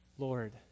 Lord